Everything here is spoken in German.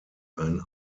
ein